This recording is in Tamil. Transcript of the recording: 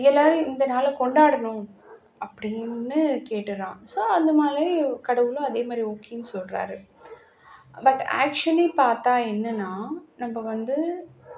எல்லோரும் இந்த நாளை கொண்டாடணும் அப்படின்னு கேட்டுடுறான் ஸோ அந்தமாதிரி கடவுளும் அதேமாதிரி ஓகேன்னு சொல்கிறாரு பட் ஆக்சுவலி பார்த்தா என்னென்னா நம்ம வந்து